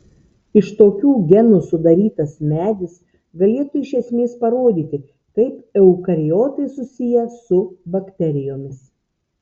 iš tokių genų sudarytas medis galėtų iš esmės parodyti kaip eukariotai susiję su bakterijomis